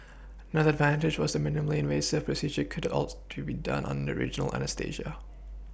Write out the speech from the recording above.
another advantage was the minimally invasive procedure could outs could be done under regional anaesthesia